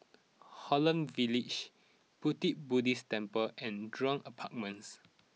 Holland Village Pu Ti Buddhist Temple and Jurong Apartments